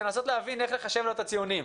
לנסות להבין איך לחשב לו את הציונים.